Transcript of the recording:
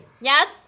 Yes